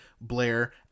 Blair